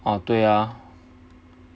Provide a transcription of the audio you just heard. orh 对 ah